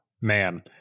man